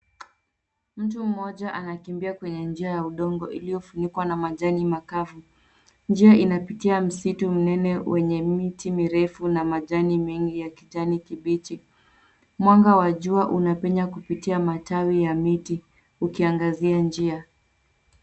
Mtu mmoja anakimbia kwenye njaa ya udongo iliyofunikwa na majani makavu. Njia inapitia msitu mnene wenye miti mirefu na majani mengi ya kijani kibichi. Mwanga wa jua unapenya kupitia matawi ya miti ukiangazia njia.